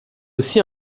aussi